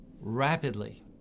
rapidly